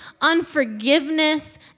unforgiveness